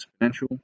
exponential